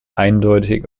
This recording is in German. eindeutig